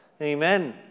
Amen